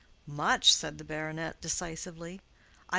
much, said the baronet, decisively.